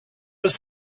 was